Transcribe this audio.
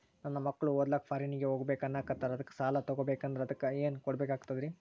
ನನ್ನ ಮಕ್ಕಳು ಓದ್ಲಕ್ಕ ಫಾರಿನ್ನಿಗೆ ಹೋಗ್ಬಕ ಅನ್ನಕತ್ತರ, ಅದಕ್ಕ ಸಾಲ ತೊಗೊಬಕಂದ್ರ ಅದಕ್ಕ ಏನ್ ಕೊಡಬೇಕಾಗ್ತದ್ರಿ?